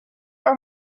are